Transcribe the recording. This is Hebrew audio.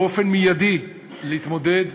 באופן מיידי, להתמודד,